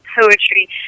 poetry